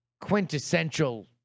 quintessential